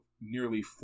nearly